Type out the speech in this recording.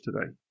today